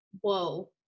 Whoa